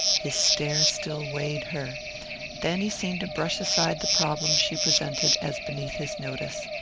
his stare still weighed her then he seemed to brush aside the problem she presented as beneath his notice.